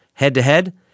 Head-to-head